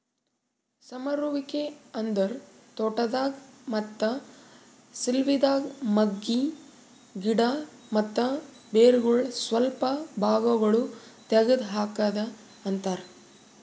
ಸಮರುವಿಕೆ ಅಂದುರ್ ತೋಟದಾಗ್, ಮತ್ತ ಸಿಲ್ವಿದಾಗ್ ಮಗ್ಗಿ, ಗಿಡ ಮತ್ತ ಬೇರಗೊಳ್ ಸ್ವಲ್ಪ ಭಾಗಗೊಳ್ ತೆಗದ್ ಹಾಕದ್ ಅಂತರ್